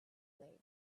place